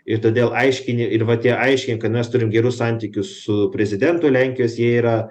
ir todėl aiškini ir vat tie aiškink kad mes turim gerus santykius su prezidentu lenkijos jie yra